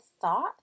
thought